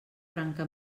branca